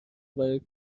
برای